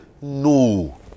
No